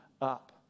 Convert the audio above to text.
up